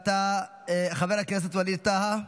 עתה, חבר הכנסת ווליד טאהא.